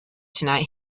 tonight